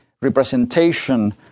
representation